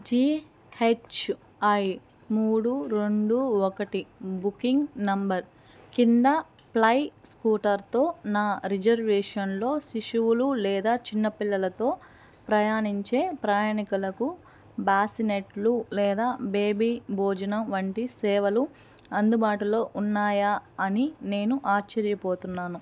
GHI మూడు రెండు ఒకటి బుకింగ్ నెంబర్ కింద ఫ్లై స్కూటర్తో నా రిజర్వేషన్లో శిశువులు లేదా చిన్నపిల్లలతో ప్రయాణించే ప్రయాణికులకు బాసినట్లు లేదా బేబీ భోజనం వంటి సేవలు అందుబాటులో ఉన్నాయా అని నేను ఆశ్చర్యపోతున్నాను